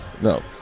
no